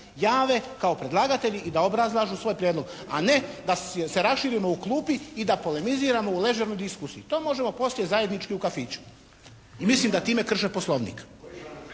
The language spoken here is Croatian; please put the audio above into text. jave kao predlagatelji da obrazlažu svoj prijedlog, a ne da se širimo u klupi i da polemiziramo u ležernu diskusiju. To možemo poslije zajednički u kafiću. Mislim da time krše poslovnik.